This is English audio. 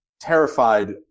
terrified